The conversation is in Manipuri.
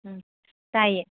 ꯎꯝ ꯇꯥꯥꯏꯌꯦ